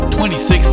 26